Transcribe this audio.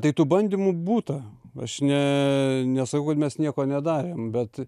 tai tų bandymų būta aš ne nesakau kad mes nieko nedarėm bet